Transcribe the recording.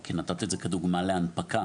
כי נתת את זה כדוגמא להנפקה.